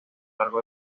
largo